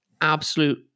absolute